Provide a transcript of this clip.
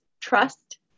trust